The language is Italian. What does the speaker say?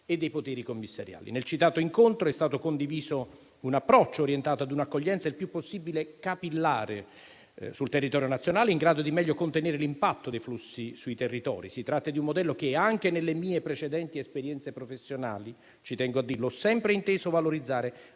e dei poteri commissariali. Nel citato incontro è stato condiviso un approccio orientato a un'accoglienza il più possibile capillare sul territorio nazionale, in grado di meglio contenere l'impatto dei flussi sui territori. Si tratta di un modello che, anche nelle mie precedenti esperienze professionali - ci tengo a dirlo - ho sempre inteso valorizzare,